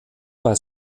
bei